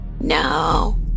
No